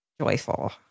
joyful